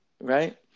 right